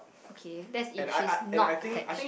okay that's if she's not attached